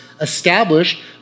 established